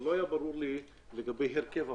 אבל לא היה ברור לי לגבי הרכב הוועדה.